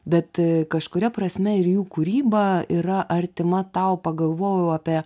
bet kažkuria prasme ir jų kūryba yra artima tau pagalvojau apie